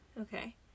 Okay